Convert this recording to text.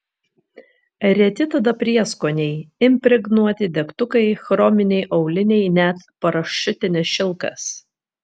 reti tada prieskoniai impregnuoti degtukai chrominiai auliniai net parašiutinis šilkas